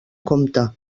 compte